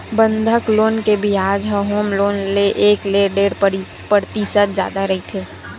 बंधक लोन के बियाज ह होम लोन ले एक ले डेढ़ परतिसत जादा रहिथे